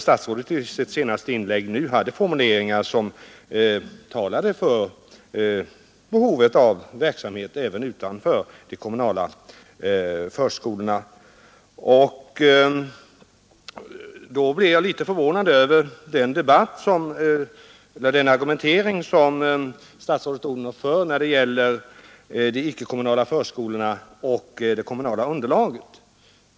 Statsrådet hade i sitt senaste inlägg formuleringar som talade för behovet av en verksamhet även utanför de kommunala förskolorna. Därför är jag litet förvånad över den argumentering som statsrådet Odhnoff för när det gäller de icke-kommunala förskolorna och det kommunala underlaget.